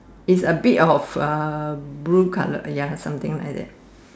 its a bit of um blue colour ya something like that